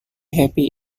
happy